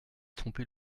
trompé